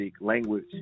language